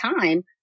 time